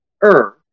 earth